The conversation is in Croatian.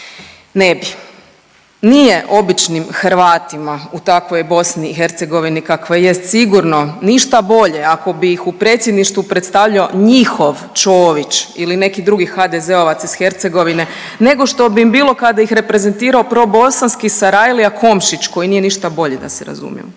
ne bi, nije običnim Hrvatima u takvoj BiH kakva jest sigurno ništa bolje ako bi ih u predsjedništvu predstavljao njihov Čović ili neki drugi HDZ-ovac iz Hercegovine nego što bi im bilo kada ih je reprezentirao probosanski Sarajlija Komšić koji nije ništa bolji da se razumijemo.